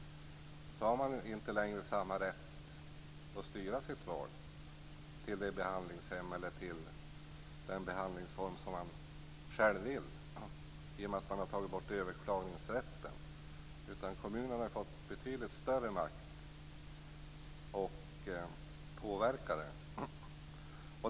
De har inte längre samma rätt att styra sitt val till det behandlingshem eller den behandlingsform som de själva vill söka sig till. Deras överklagningsrätt har tagits bort, och kommunerna har fått betydligt större makt att påverka valet.